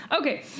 Okay